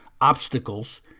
obstacles